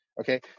Okay